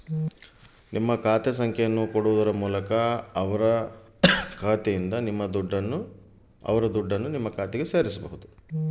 ಬೇರೆಯವರ ದುಡ್ಡನ್ನು ನನ್ನ ಖಾತೆಗೆ ಹೇಗೆ ಸೇರಿಸಬೇಕು?